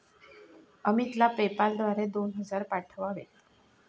अमितला पेपाल द्वारे दोन हजार पाठवावेत